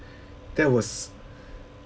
that was